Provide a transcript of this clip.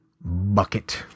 Bucket